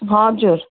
हजुर